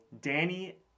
Danny